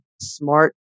smart